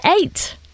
eight